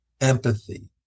empathy